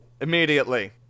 immediately